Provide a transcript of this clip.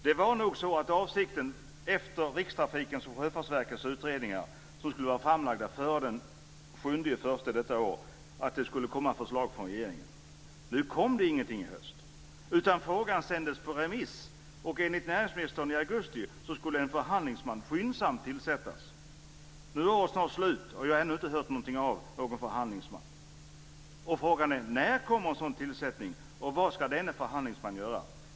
Det var nog så att avsikten - efter Rikstrafikens och Sjöfartsverkets utredningar som skulle ha varit framlagda före den 7 januari i år - var att det skulle komma förslag från regeringen. Nu kom det ingenting i höst, utan frågan sändes på remiss. Enligt vad näringsministern uppgav i augusti i år skulle en förhandlingsman skyndsamt tillsättas. Nu är året snart slut, och jag har ännu inte hört någonting om någon förhandlingsman. Frågan är: När kommer en sådan tillsätttning och vad ska denna förhandlingsman göra?